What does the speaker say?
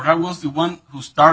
i was the one who started